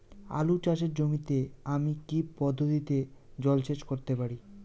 আলু চাষে জমিতে আমি কী পদ্ধতিতে জলসেচ করতে পারি?